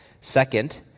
Second